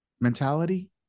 mentality